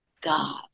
God